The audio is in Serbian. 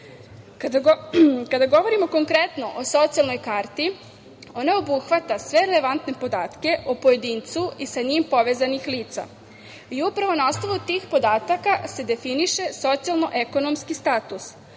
govorimo konkretno o socijalnoj karti, ona obuhvata sve relevantne podatke o pojedincu i sa njim povezanih lica i upravo na osnovu tih podataka se definiše socijalno-ekonomski status.